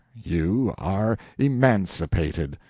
you are emancipated,